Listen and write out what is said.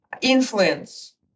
influence